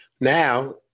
now